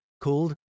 called